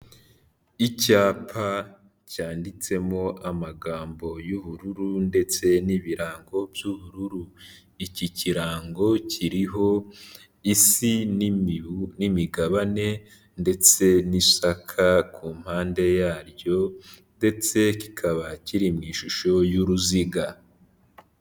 Icyapa cyanditsemo amagambo y'ubururu ndetse n'ibirango by'ubururu, iki kirango kiriho isi n'imigabane ndetse n'isaka ku mpande yaryo ndetse kikaba kiri mu ishusho y'uruziga.